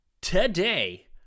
today